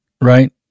Right